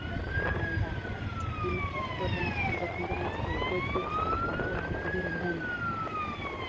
Malda Uttar Dinajpur Dakshin Dinajpur Cooch Behar Bankura Birbhum